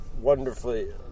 wonderfully